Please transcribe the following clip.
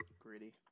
gritty